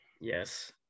Yes